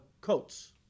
coats